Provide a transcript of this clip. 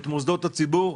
את מוסדות הציבור,